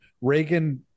Reagan